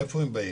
מאיפה הם באים,